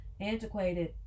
antiquated